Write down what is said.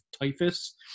typhus